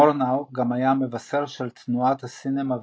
מורנאו גם היה המבשר של תנועת ה-"Cinéma Vérité"